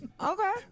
Okay